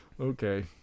okay